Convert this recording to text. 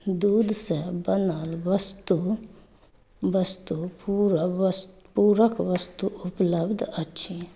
दूधसँ बनल वस्तु वस्तु फ्रेशनर वस्तु पूरक वस्तु उपलब्ध अछि